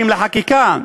לחקיקה,